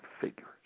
figures